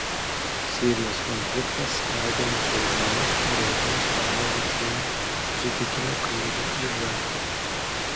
sirijos konfliktas skaldo musulmonus rodo islamo viršūnių susitikimo kaire eiga